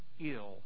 ill